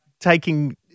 taking